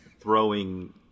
throwing